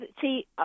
see